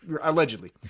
allegedly